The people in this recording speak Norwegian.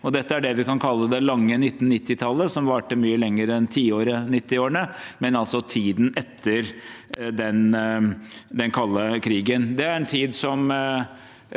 Dette var det vi kan kalle «det lange 1990-tallet», som varte mye lenger enn tiåret 1990-åre ne, altså tiden etter den kalde krigen.